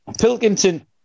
Pilkington